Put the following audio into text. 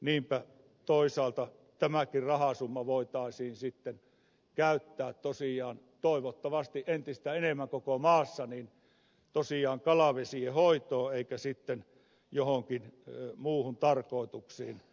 niinpä toisaalta tämäkin rahasumma voitaisiin sitten käyttää tosiaan toivottavasti entistä enemmän koko maassa kalavesien hoitoon eikä sitten joihinkin muihin tarkoituksiin